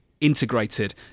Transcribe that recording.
integrated